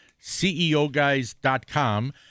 ceoguys.com